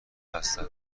هستند